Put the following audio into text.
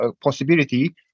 possibility